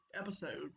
episode